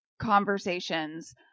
conversations